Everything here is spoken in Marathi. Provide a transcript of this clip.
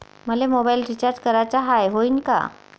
मले मोबाईल रिचार्ज कराचा हाय, होईनं का?